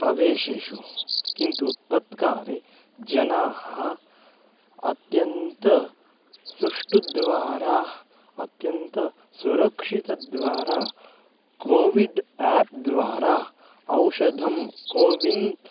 प्रदेशेषु किन्तु तत्काले जनाः अत्यन्तसुष्ठुद्वारा अत्यन्तसुरक्षितद्वारा कोविड् एप् द्वारा औषधं कोविन्